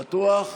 בטוח?